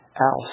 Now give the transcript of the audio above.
else